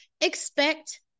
expect